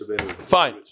Fine